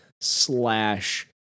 slash